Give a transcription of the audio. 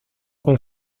con